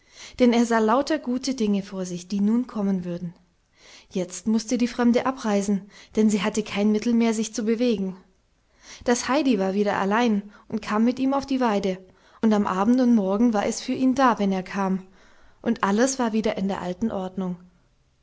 denn er sah lauter gute dinge vor sich die nun kommen würden jetzt mußte die fremde abreisen denn sie hatte kein mittel mehr sich zu bewegen das heidi war wieder allein und kam mit ihm auf die weide und am abend und morgen war es für ihn da wenn er kam und alles war wieder in der alten ordnung